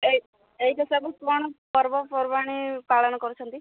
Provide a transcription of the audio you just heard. ଏଇ ଏଇଠି ସବୁ କ'ଣ ପର୍ବପର୍ବାଣୀ ପାଳନ କରୁଛନ୍ତି